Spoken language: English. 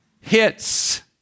hits